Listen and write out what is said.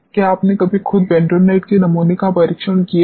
क्या आपने कभी खुद बेंटोनाइट के नमूने का परीक्षण किया है